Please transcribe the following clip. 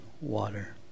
water